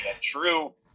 true